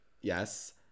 Yes